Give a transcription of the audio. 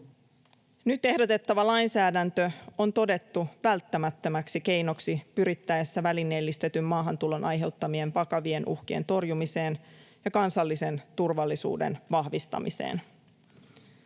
Nyt ehdotettava lainsäädäntö on todettu välttämättömäksi keinoksi pyrittäessä välineellistetyn maahantulon aiheuttamien vakavien uhkien torjumiseen ja kansallisen turvallisuuden vahvistamiseen.